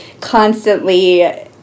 constantly